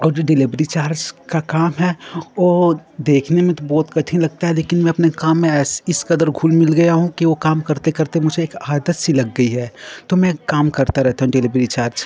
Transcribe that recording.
और जो delivery charge का काम है वो देखने में तो बहुत कठिन लगता है लेकिन मैं अपने काम में इस कद्र घुल मिल गया हूँ कि वो काम करते करते मुझे एक आदत सी लग गई है तो मैं काम करता रहता हूँ डिलेवरी चार्ज का